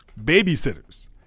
babysitters